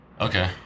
Okay